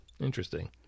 Interesting